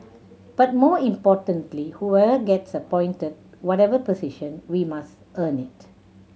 but more importantly whoever gets appointed whatever position we must earn it